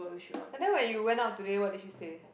and then when you went out today what did she say